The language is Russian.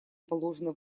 положены